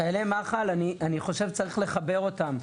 חיילי מח"ל, אני חושב צריך לחבר אותם.